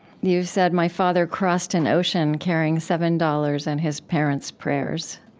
you've said, my father crossed an ocean carrying seven dollars and his parents' prayers.